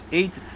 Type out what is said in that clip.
eight